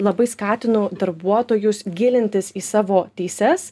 labai skatinu darbuotojus gilintis į savo teises